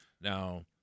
Now